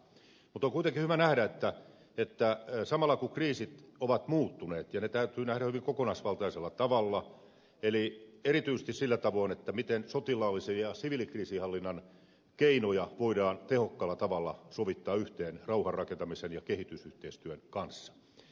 mutta on kuitenkin hyvä nähdä että samalla kriisit ovat muuttuneet ne täytyy nähdä hyvin kokonaisvaltaisella tavalla eli erityisesti sillä tavoin miten sotilaallisen ja siviilikriisinhallinnan keinoja voidaan tehokkaalla tavalla sovittaa yhteen rauhanrakentamisen ja kehitysyhteistyön kanssa